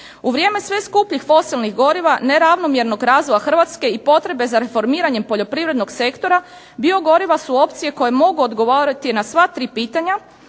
U vrijeme sve skupljih fosilnih goriva neravnomjernog razvoja Hrvatske i potrebe za reformiranjem poljoprivrednog sektora biogoriva su opcije koje mogu odgovoriti na sva tri pitanja